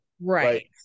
right